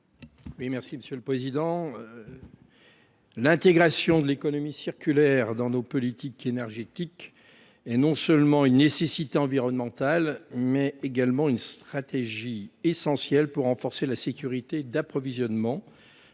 Luc Devinaz. L’intégration de l’économie circulaire dans nos politiques énergétiques est non seulement une nécessité environnementale, mais également une stratégie essentielle pour renforcer la sécurité de l’approvisionnement,